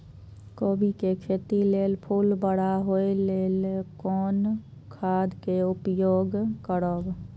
कोबी के खेती लेल फुल बड़ा होय ल कोन खाद के उपयोग करब?